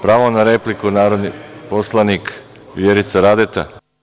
Pravo na repliku, narodni poslanik Vjerica Radeta.